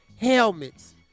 helmets